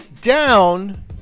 down